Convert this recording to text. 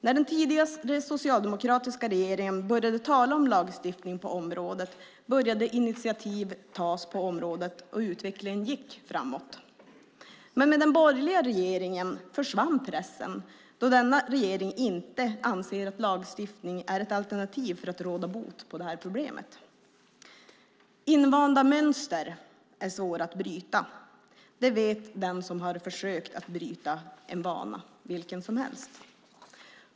När den tidigare, socialdemokratiska regeringen började tala om lagstiftning på området började initiativ tas och utvecklingen gick framåt. Med den borgerliga regeringen försvann pressen, då denna regering inte anser att lagstiftning är ett alternativ för att råda bot på det här problemet. Invanda mönster är svåra att bryta. Det vet den som har försökt att bryta en bana vilken som helst.